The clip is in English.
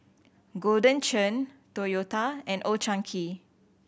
Golden Churn Toyota and Old Chang Kee